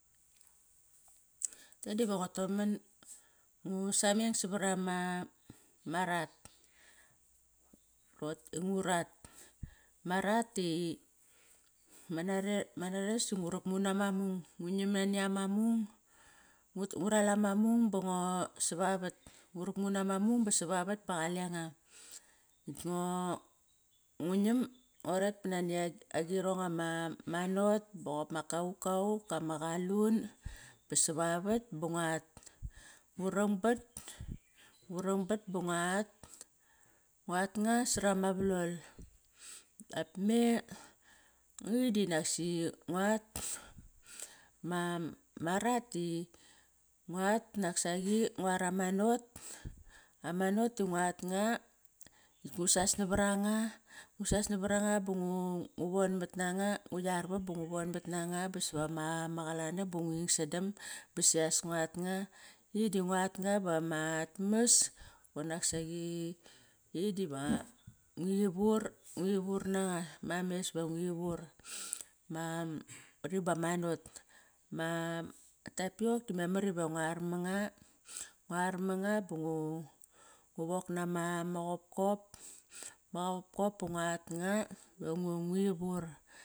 ngu sameng sadar ama ma rat ma rat di, ama nareras di ngu rumu nama mung. Ngu nam nani ama mung, ngu ral ama mung ba ngo savavat. Ngu rukmu nama mung basa vat ba qalenga. Ngu nam, ngua ret ba nani agirong ama not boqop ma kaukau ama qalun ba sa vavot ba nguat. Ngu rangbat, ngu rangbat ba nguat, nguat nga sarama valol. Dap me dinak si nguat. Ma rat di nguat nak saqi, nguat ama not, ama not di nguat nga, ngu sas navar anga ba ngu von mat nanga. Ngu yarvam, ba ngu von mat nanga ba sa va ma qolanang ba nging sadam ba sias nguat nga. Idi nguat nga va mat mas banak saqi i diva ngi vur. Ngi vur nama mes va ngu ivur. Ma qari ba ma not, ma tapiok ba memar iva nguar manga. Nguar manga ba ngu wok nama qopqop, ma qopqop da nguat nga va ngu ivur.